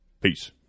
Peace